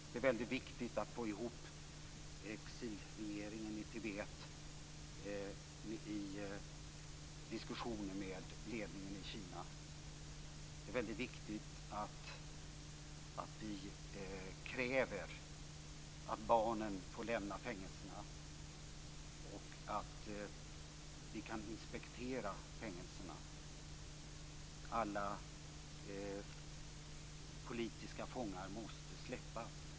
Det är väldigt viktigt att få ihop exilregeringen i Tibet till diskussioner med ledningen i Kina. Det är viktigt att vi kräver att barnen får lämna fängelserna och att vi kan inspektera fängelserna. Alla politiska fångar måste släppas i Tibet.